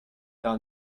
dans